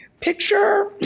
Picture